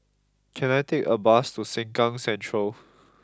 can I take a bus to Sengkang Central